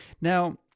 Now